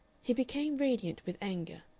he became radiant with anger.